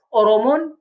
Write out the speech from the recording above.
oromon